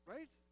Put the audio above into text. Right